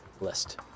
List